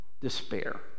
despair